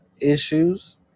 issues